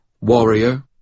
warrior